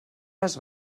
les